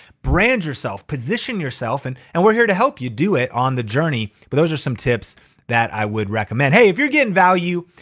brand yourself, position yourself and and we're here to help you do it on the journey. but those are some tips that i would recommend. hey, if you're getting value,